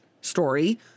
story